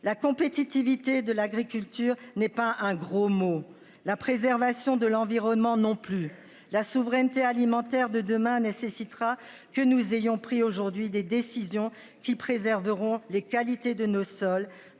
la compétitivité de l'agriculture n'est pas un gros mot, la préservation de l'environnement non plus la souveraineté alimentaire de demain nécessitera que nous ayons pris aujourd'hui des décisions qui préserveront les qualité de nos sols